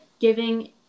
giving